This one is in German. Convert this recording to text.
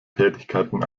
tätigkeiten